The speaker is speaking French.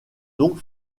donc